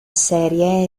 serie